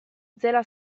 itzela